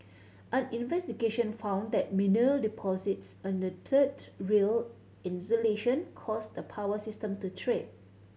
an investigation found that mineral deposits under the third rail insulation caused the power system to trip